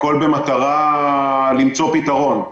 הכול במארה למצוא פתרון.